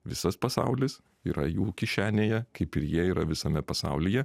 visas pasaulis yra jų kišenėje kaip ir jie yra visame pasaulyje